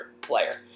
player